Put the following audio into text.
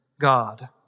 God